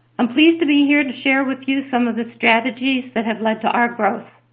i'm pleased to be here to share with you some of the strategies that have led to our growth.